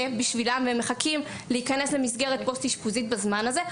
בשבילם והם מחכים להיכנס למסגרת פוסט-אשפוזית בזמן הזה,